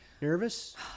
Nervous